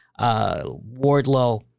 Wardlow